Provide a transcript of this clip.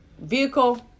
vehicle